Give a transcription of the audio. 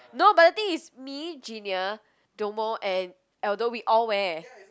no but the thing is me Genia Domo and Aldo we all wear